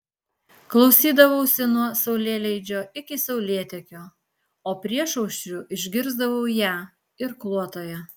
klausydavausi nuo saulėleidžio iki saulėtekio o priešaušriu išgirsdavau ją irkluotoją